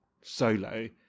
solo